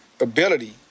ability